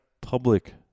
public